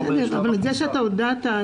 אבל זה שאתה הודעת,